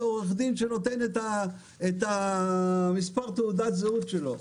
עורך דין שנותן את מספר תעודת הזהות שלו.